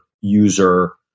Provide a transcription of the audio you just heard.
user